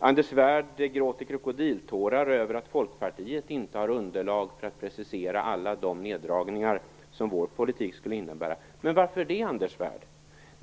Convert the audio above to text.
Anders Svärd gråter krokodiltårar över att Folkpartiet inte har underlag för att precisera alla de neddragningar som vår politik skulle innebära. Varför det, Anders Svärd?